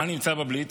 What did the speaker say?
מה נמצא בבליץ?